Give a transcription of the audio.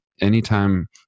Anytime